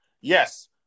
yes